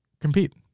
compete